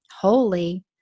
holy